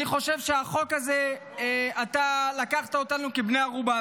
אני חושב שבחוק הזה אתה לקחת אותנו כבני ערובה,